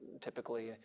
typically